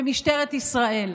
במשטרת ישראל.